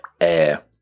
air